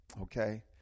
Okay